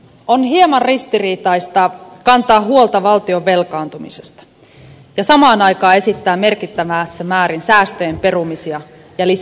on hieman ristiriitaista kantaa huolta valtion velkaantumisesta ja samaan aikaan esittää merkittävässä määrin säästöjen perumisia ja lisämenoja